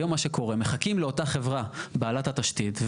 היום מה שקורה, מחכים לאותה חברה בעלת התשתית.